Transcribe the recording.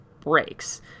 breaks